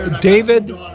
David